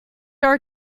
our